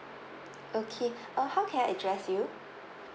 okay uh how can I address you